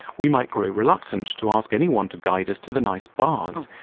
we might grow reluctant to ask anyone to guide us to the nice bars,